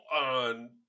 on